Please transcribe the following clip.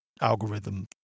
algorithm